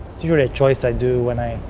it's usually a choice i do when i,